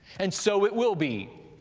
and so it will be.